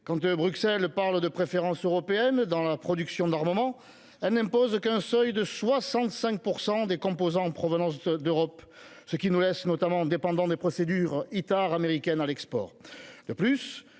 Quand Bruxelles parle de préférence européenne dans la production d’armements, elle n’impose qu’un seuil de 65 % des composants provenant d’Europe, ce qui nous laisse notamment dépendants des procédures Itar (International